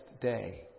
day